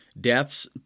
deaths